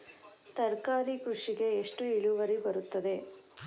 ತರಕಾರಿ ಕೃಷಿಗೆ ಎಷ್ಟು ಇಳುವರಿ ಬರುತ್ತದೆ?